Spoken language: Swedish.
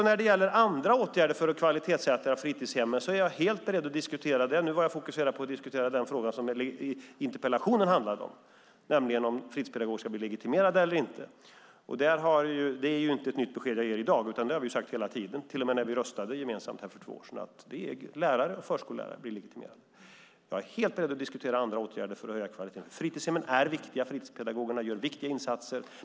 När det gäller andra åtgärder för att kvalitetssäkra fritidshemmen är jag beredd att diskutera det. Nu var jag fokuserad på att diskutera den fråga som interpellationen handlade om, nämligen om fritidspedagoger ska bli legitimerade eller inte. Det är inte ett nytt besked vi ger i dag. Det har vi sagt hela tiden och till och med när vi röstade gemensamt här för två år sedan. Lärare och förskollärare blir legitimerade. Jag är helt beredd att diskutera andra åtgärder för att höja kvaliteten. Fritidshemmen är viktiga. Fritidspedagogerna gör viktiga insatser.